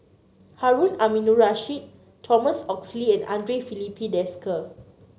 Harun Aminurrashid Thomas Oxley and Andre Filipe Desker